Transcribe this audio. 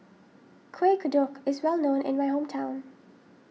Kueh Kodok is well known in my hometown